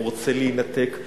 הם רוצים להינתק,